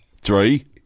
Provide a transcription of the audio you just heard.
Three